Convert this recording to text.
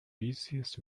busiest